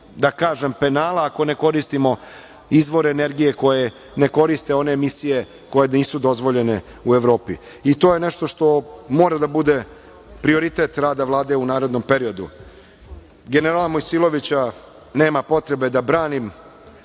da kažem, penala ako ne koristimo izvore energije koje ne koriste one emisije koje nisu dozvoljene u Evropi. I to je nešto što mora da bude prioritet rada Vlade u narednom periodu. Generala Mojsilovića nema potrebe da branim,